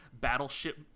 Battleship